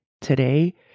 today